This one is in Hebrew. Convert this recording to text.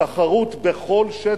תחרות בכל שטח.